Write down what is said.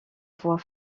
voix